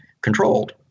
controlled